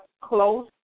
close